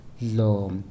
lo